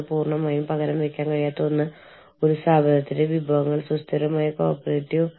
പക്ഷേ ആളുകൾക്ക് ഈ ഗതാഗതക്കുരുക്കിനെക്കുറിച്ച് അറിയാത്ത ഒരു രാജ്യത്താണ് ഓഫീസ് ആസ്ഥാനമെങ്കിൽ അവർ അത് കാലതാമസമായി കാണും